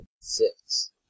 six